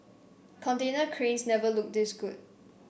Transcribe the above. container cranes never looked this good